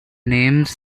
names